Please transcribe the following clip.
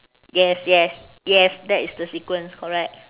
yes yes yes that is the sequence correct